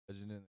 legend